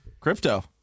Crypto